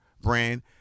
brand